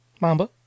Mamba